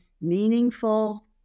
meaningful